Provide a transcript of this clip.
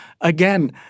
again—